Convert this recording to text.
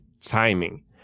timing